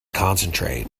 concentrate